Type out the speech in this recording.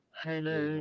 hello